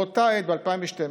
באותה עת, ב-2012,